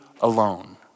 alone